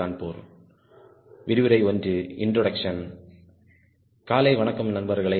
காலை வணக்கம் நண்பர்களே